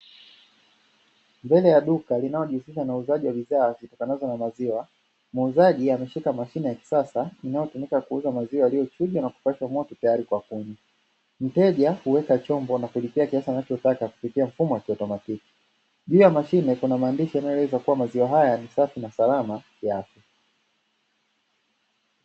Mbele ya duka linalojihusisha na uuzaji wa bidhaa zijulikanzo kama maziwa , muuzaji ameshika mashine ya kisasa inayotumikaa kuuza aziwa yaliyochemshwa na tayari kwa kunywa, mteja huweka chombo na kulipia kiasi anachotaka kupitia mfumo wa kieletroniki.